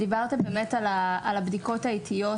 דיברתם על הבדיקות האיטיות,